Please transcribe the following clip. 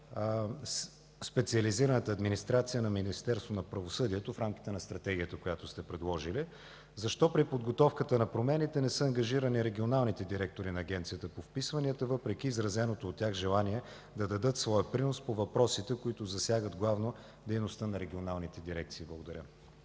специализираната администрация на Министерство на правосъдието в рамките на стратегията, която сте предложили? Защо при подготовката на промените не са ангажирани регионалните директори на Агенция по вписванията, въпреки изразено от тях желание да дадат своя принос по въпросите, които засягат главно дейността на регионалните дирекции? Благодаря.